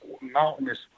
mountainous